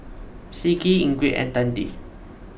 Siddie Ingrid and Tandy